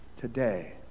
today